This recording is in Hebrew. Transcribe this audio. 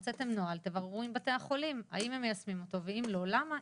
הוצאת נוהל תבררו עם בתי החולים האם הם מיישמים אותו ואם לא למה?